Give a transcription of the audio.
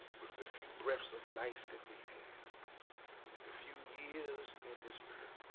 with the few breaths of life that we had and a few years in this earth,